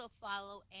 follow